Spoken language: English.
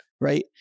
right